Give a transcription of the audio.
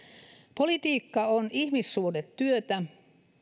politiikka on ihmissuhdetyötä